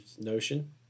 Notion